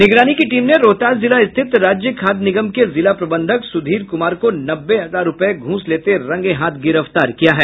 निगरानी की टीम ने रोहतास जिला स्थित राज्य खाद्य निगम के जिला प्रबंधक सुधीर कुमार को नब्बे हजार रूपये घूस लेते रंगे हाथ गिरफ्तार किया है